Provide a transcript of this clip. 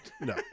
No